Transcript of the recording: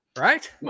Right